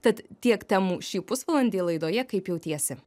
tad tiek temų šį pusvalandį laidoje kaip jautiesi